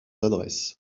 adresses